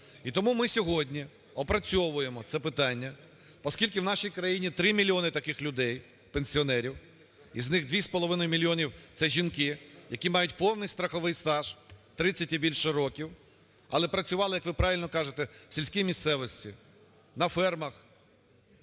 І тому ми сьогодні опрацьовуємо це питання. Оскільки в нашій країні три мільйони таких людей, пенсіонерів, з них 2,5 мільйони – це жінки, які мають повний страховий стаж 30 і більше років, але працювали, як ви правильно кажете, в сільській місцевості, на фермах,